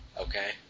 Okay